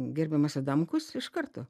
gerbiamas adamkus iš karto